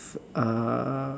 uh